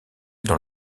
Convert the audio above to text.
dans